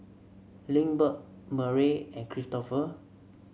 Lindbergh Murray and Kristopher